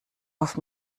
auf